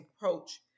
approach